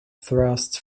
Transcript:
thrust